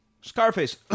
Scarface